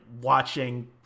watching